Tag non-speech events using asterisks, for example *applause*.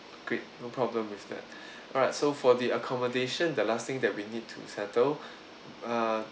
great no problem with that *breath* alright so for the accommodation the last thing that we need to settle *breath* uh